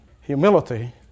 Humility